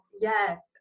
yes